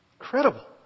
incredible